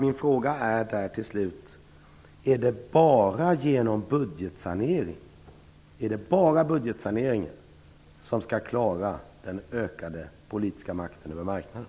Min fråga är: Är det bara budgetsaneringen som skall klara den ökade politiska makten över marknaden?